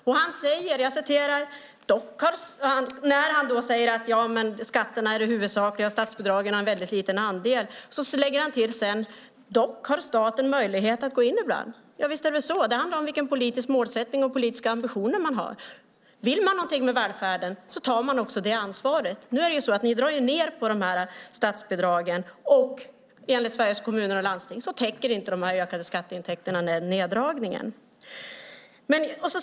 Göran Pettersson säger att skatterna är det huvudsakliga och att skatterna har en liten andel men lägger till att staten har möjlighet att gå in ibland. Ja, det handlar om vilken politisk målsättning och vilka politiska ambitioner man har. Vill man något med välfärden tar man också det ansvaret. Ni drar ned på statsbidragen, och enligt Sveriges Kommuner och Landsting täcker de ökade skatteintäkterna inte neddragningen.